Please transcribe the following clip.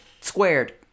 squared